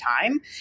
time